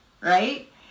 right